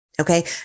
Okay